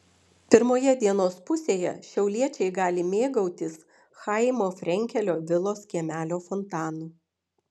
pirmoje dienos pusėje šiauliečiai gali mėgautis chaimo frenkelio vilos kiemelio fontanu